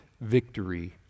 victory